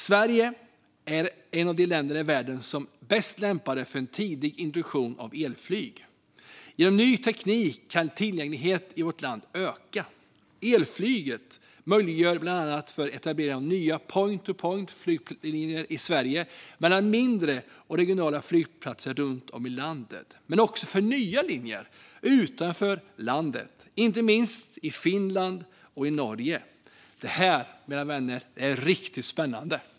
Sverige är ett av de länder i världen som är bäst lämpat för en tidig introduktion av elflyg. Genom ny teknik kan tillgängligheten i vårt land öka. Elflyget möjliggör bland annat att etablera nya point-to-point-flyglinjer i Sverige mellan mindre och regionala flygplatser runt om i landet men också för nya linjer utanför vårt land, inte minst till Finland och Norge. Det här, mina vänner, är riktigt spännande.